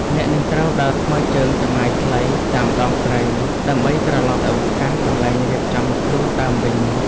អ្នកនឹងត្រូវដើរថ្មើរជើងចម្ងាយខ្លីតាមដងព្រៃ ដើម្បីត្រឡប់ទៅកាន់កន្លែងរៀបចំខ្លួនដើមវិញ។